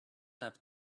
have